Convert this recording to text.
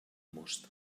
most